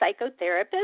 psychotherapist